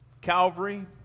Calvary